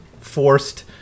forced